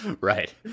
Right